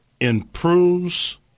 improves